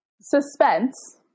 suspense